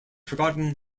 forgotten